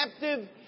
captive